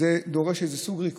דורשת סוג של ריכוז,